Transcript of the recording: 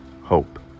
hope